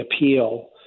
appeal